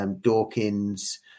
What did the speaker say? Dawkins